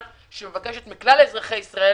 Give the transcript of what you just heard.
שמבקשת מכלל אזרחי ישראל